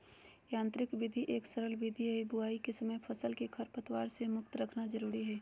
यांत्रिक विधि एक सरल विधि हई, बुवाई के समय फसल के खरपतवार से मुक्त रखना जरुरी हई